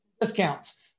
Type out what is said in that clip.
discounts